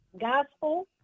gospel